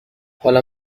حالا